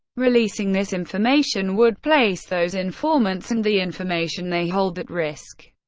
releasing this information would place those informants, and the information they hold, at risk.